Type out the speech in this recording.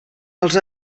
els